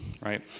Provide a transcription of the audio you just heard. right